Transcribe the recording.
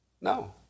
No